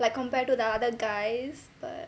like compared to the other guys but